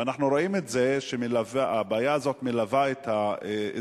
אנחנו רואים שהבעיה הזאת מלווה את האזרחים